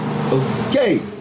Okay